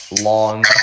long